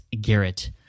garrett